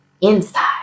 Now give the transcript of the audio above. inside